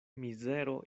mizero